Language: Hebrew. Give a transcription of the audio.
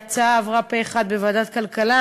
ההצעה עברה פה-אחד בוועדת הכלכלה.